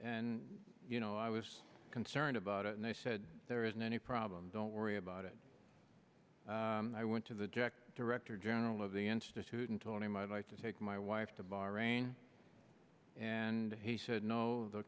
and you know i was concerned about it and i said there isn't any problem don't worry about it i went to the director general of the institute and told him i like to take my wife to bahrain and he said no the